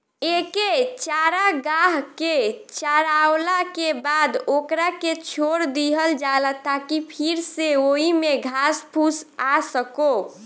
एके चारागाह के चारावला के बाद ओकरा के छोड़ दीहल जाला ताकि फिर से ओइमे घास फूस आ सको